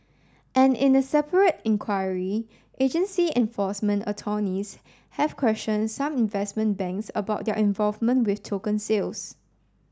and in a separate inquiry agency enforcement attorneys have questioned some investment banks about their involvement with token sales